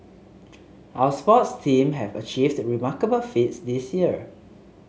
our sports teams have achieved remarkable feats this year